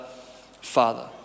Father